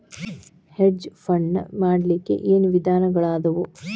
Hedge fund ನ ಮಾಡ್ಲಿಕ್ಕೆ ಏನ್ ವಿಧಾನಗಳದಾವು?